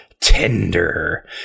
tender